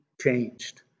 changed